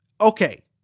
okay